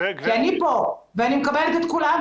כי אני פה ואני מקבלת את כולם,